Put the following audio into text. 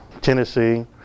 Tennessee